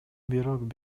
бирок